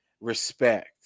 respect